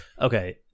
Okay